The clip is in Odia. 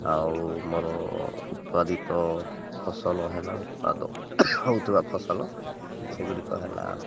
ଆଉ ମୋର ଉତ୍ପାଦିତ ଫସଲ ହେଲା ଉତ୍ପାଦ ହଉଥିବା ଫସଲ ସେଗୁଡ଼ିକ ହେଲା